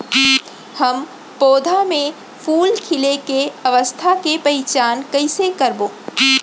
हम पौधा मे फूल खिले के अवस्था के पहिचान कईसे करबो